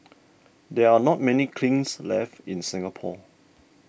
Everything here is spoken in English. there are not many kilns left in Singapore